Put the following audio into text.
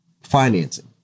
financing